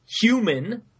Human